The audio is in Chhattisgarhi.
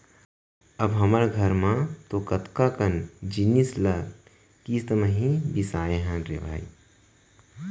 अब हमर घर तो कतका कन जिनिस ल किस्ती म ही बिसाए हन रे भई